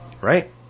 Right